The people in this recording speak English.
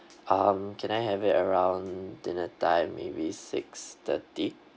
um can I have it around dinner time maybe six thirty